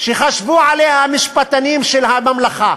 שחשבו עליה המשפטנים של הממלכה,